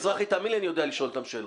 תאמין לי שאני יודע לשאול אותם שאלות.